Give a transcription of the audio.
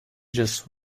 just